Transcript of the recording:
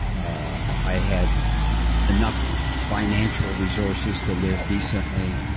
i had enough financial resources to live decently.